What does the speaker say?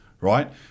right